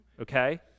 okay